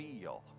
feel